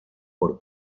por